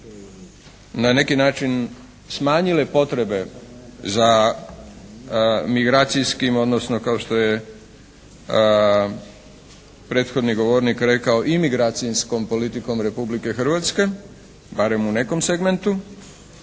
na neki način smanjile potrebe za migracijskim odnosno kao što je prethodni govornik rekao, imigracijskom politikom Republike Hrvatske, barem u nekom segmentu,